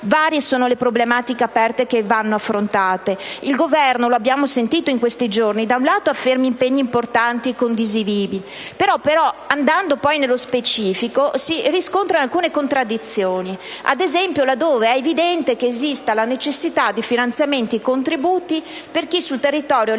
Varie sono le problematiche aperte che vanno affrontate. Il Governo, lo abbiamo sentito in questi giorni, da un lato afferma impegni importanti e condivisibili sul tema, poi però, andando nello specifico, si riscontrano alcune contraddizioni, ad esempio laddove è evidente che vi sia necessità di finanziamenti e contributi per chi sul territorio, a livello